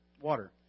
water